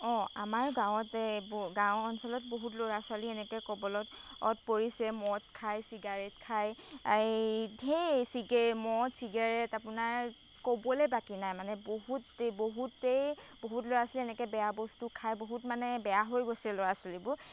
অঁ আমাৰ গাঁৱতে গাঁও অঞ্চলত বহুত ল'ৰা ছোৱালী এনেকৈ কবলত পৰিছে মদ খায় চিগাৰেট খায় ধেৰ চিগে মদ চিগাৰেট আপোনাৰ ক'বলৈ বাকী নাই মানে বহুতে বহুতেই বহুত ল'ৰা ছোৱালী এনেকৈ বেয়া বস্তু খায় বহুত মানে বেয়া হৈ গৈছে ল'ৰা ছোৱালীবোৰ